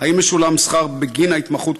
5. האם משולם שכר בגין ההתמחות,